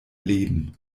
leben